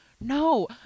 No